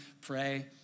pray